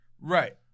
Right